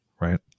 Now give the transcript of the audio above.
Right